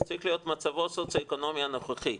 זה צריך להיות מצבו הסוציואקונומי הנוכחי.